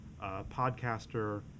podcaster